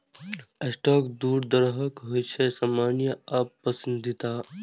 stock दू तरहक होइ छै, सामान्य आ पसंदीदा